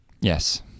Yes